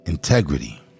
Integrity